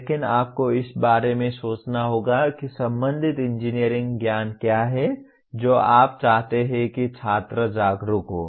लेकिन आपको इस बारे में सोचना होगा कि संबंधित इंजीनियरिंग ज्ञान क्या है जो आप चाहते हैं कि छात्र जागरूक हो